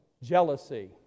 jealousy